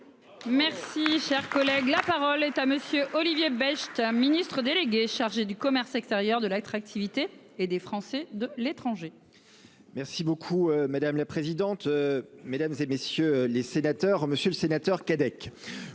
Merci, cher collègue, la parole est à monsieur Olivier Becht, Ministre délégué chargé du commerce extérieur de l'attractivité et des Français de l'étranger.-- Merci beaucoup madame la présidente. Mesdames, et messieurs les sénateurs, Monsieur le Sénateur, Kadek.